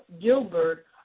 Gilbert